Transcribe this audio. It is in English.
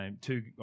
two